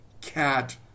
cat